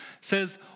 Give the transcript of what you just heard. says